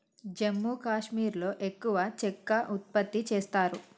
జమ్మూ కాశ్మీర్లో ఎక్కువ చెక్క ఉత్పత్తి చేస్తారు